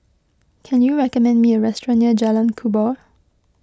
can you recommend me a restaurant near Jalan Kubor